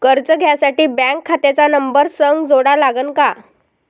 कर्ज घ्यासाठी बँक खात्याचा नंबर संग जोडा लागन का?